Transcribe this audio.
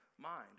mind